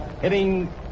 hitting